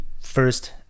first